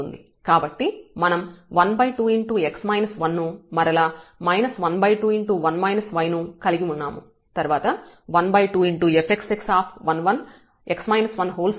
కాబట్టి మనం 12 ను మరలా 12ను కలిగి ఉన్నాము